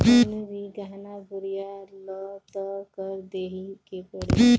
कवनो भी गहना गुरिया लअ तअ कर देवही के पड़ी